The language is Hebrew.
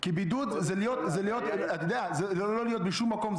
כי בידוד זה לא להיות בשום מקום,